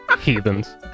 Heathens